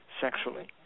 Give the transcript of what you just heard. sexually